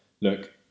look